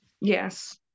Yes